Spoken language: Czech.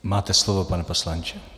Máte slovo, pane poslanče.